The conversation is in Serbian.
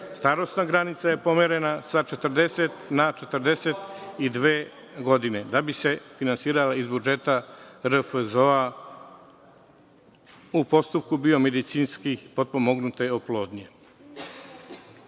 starosna granica je pomerena sa 40 na 42 godine da bi se finansirale iz budžeta RFZO-a u postupku biomedicinskih potpomognutih oplodnji. Što